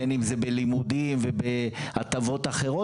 בין אם זה בלימודים ובהטבות אחרות,